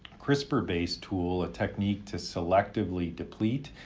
crispr based tool, a technique to selectively deplete